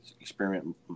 experiment